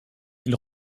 ils